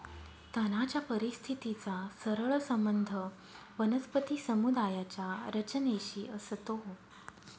तणाच्या परिस्थितीचा सरळ संबंध वनस्पती समुदायाच्या रचनेशी असतो